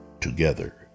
together